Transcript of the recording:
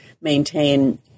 maintain